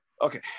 Okay